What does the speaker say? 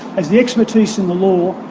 has the expertise in the law,